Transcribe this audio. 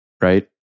right